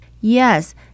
Yes